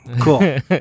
Cool